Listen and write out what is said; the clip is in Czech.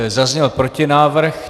Zazněl protinávrh.